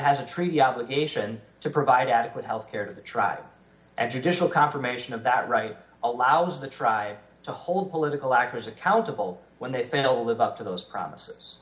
has a treaty obligation to provide adequate health care the trial and judicial confirmation of that right allows the try to hold political actors accountable when they finally live up to those promises